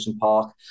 Park